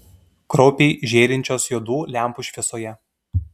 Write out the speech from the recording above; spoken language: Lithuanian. kraupiai žėrinčios juodų lempų šviesoje